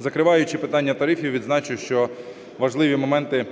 Закриваючи питання тарифів, відзначу, що важливі моменти